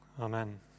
Amen